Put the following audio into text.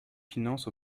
finances